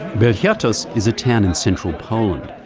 belchartov is a town in central poland.